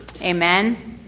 amen